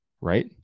Right